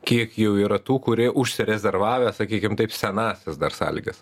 kiek jau yra tų kurie užsirezervavę sakykim taip senąsias dar sąlygas